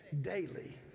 daily